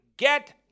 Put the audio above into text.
get